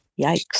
yikes